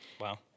Wow